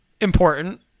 important